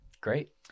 great